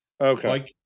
Okay